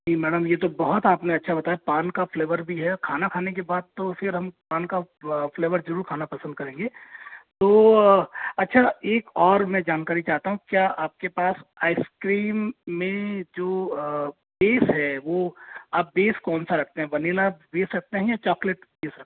जी madam ये तो बहुत आपने अच्छा बताया पान का फ्लेवर भी है खाना खाने के बाद तो फिर हम पान का फ्लेवर जरूर खाना पसंद करेंगे तो अच्छा एक और मैं जानकारी चाहता हूँ क्या आपके पास आइसक्रीम में जो बेस है वो आप बेस कौन सा रखते हैं वेनिला बेस रखते हैं या चॉकलेट बेस रखते हैं